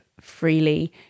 freely